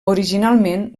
originalment